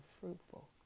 fruitful